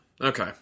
Okay